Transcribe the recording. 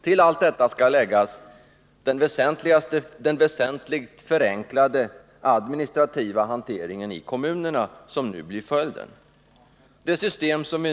Till allt detta skall läggas den väsentligt förenklade administrativa hantering i kommunerna som blir följden om propositionens förslag genomförs.